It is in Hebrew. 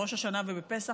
בראש השנה ובפסח,